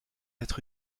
être